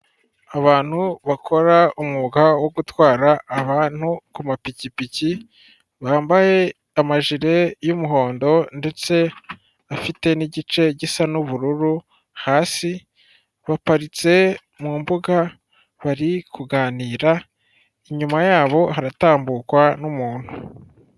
Abantu bakora umwuga wo gutwara abantu ku mapikipiki bambaye amajire y'umuhondo ndetse bafite n'igice gisa n'ubururu hasi baparitse mu mbuga bari kuganira, inyuma yabo haratambukwa n'umuntu.